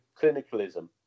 clinicalism